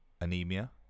anemia